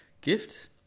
gift